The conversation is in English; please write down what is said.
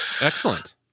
Excellent